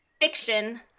fiction